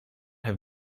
have